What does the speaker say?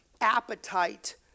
appetite